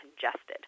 congested